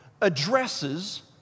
addresses